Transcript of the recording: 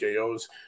KOs